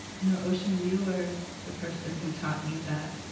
you know, ocean, you are the person who taught me that